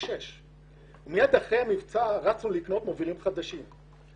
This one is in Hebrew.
6. מיד אחרי המבצע רצו לקנות מובילים חדשים",